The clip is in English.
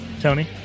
Tony